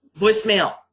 voicemail